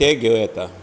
ते घेवं येता